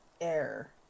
air